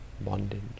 bondage